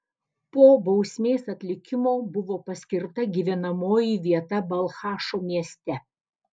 po bausmės atlikimo buvo paskirta gyvenamoji vieta balchašo mieste